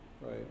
right